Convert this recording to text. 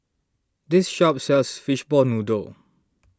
this shop sells Fishball Noodle